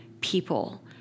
people